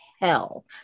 hell